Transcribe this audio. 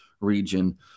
region